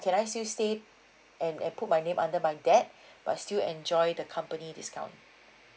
can I still stay and and put my name under my dad but still enjoy the company discount